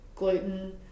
gluten